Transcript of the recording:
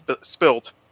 spilt